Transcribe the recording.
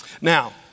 Now